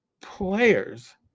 players